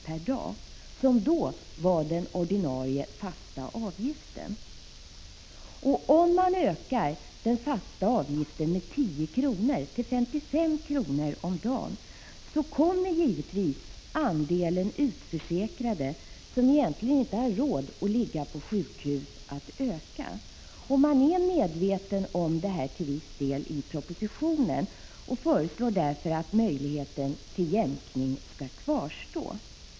per dag, som då var den ordinarie fasta avgiften. Om man ökar den fasta avgiften med 10 kr. till 55 kr. om dagen, så kommer givetvis andelen utförsäkrade som egentligen inte har råd att ligga på sjukhus att öka. Till viss del är regeringen medveten om det här och föreslår därför att möjligheten till jämkning skall kvarstå.